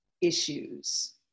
issues